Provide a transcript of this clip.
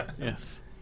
Yes